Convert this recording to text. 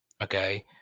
Okay